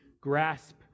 grasp